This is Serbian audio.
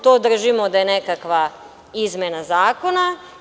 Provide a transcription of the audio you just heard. To držimo da je nekakva izmena zakona.